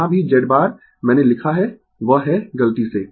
जहां भी Z बार मैंने लिखा है वह है गलती से